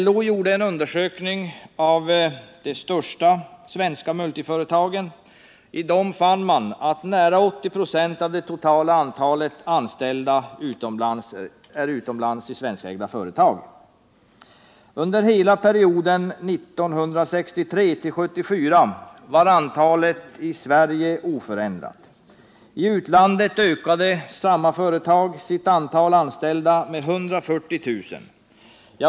LO gjorde en undersökning av de största svenska multiföretagen. Man fann att i dessa företag fanns nära 80 96 av det totala antalet anställda utomlands i svenskägda företag. Under hela perioden 1963-1977 var antalet anställda i Sverige oförändrat. I utlandet ökade samma företag antalet anställda med 140 000.